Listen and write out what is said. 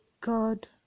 God